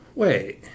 wait